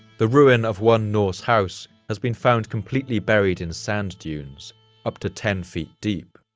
the ruin of one norse house has been found completely buried in sand dunes up to ten feet deep,